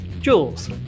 Jules